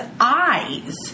eyes